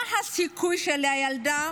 מה הסיכוי של ילדה